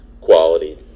quality